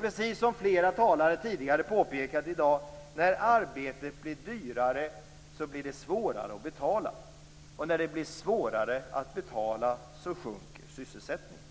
Precis som flera talare tidigare påpekat i dag: När arbetet blir dyrare blir det svårare att betala. När det blir svårare att betala sjunker sysselsättningen.